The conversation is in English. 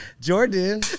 Jordan